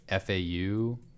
FAU